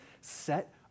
set